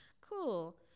Cool